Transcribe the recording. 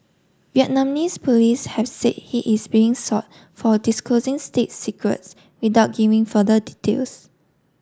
Vietnamese police have said he is being sought for disclosing state secrets without giving further details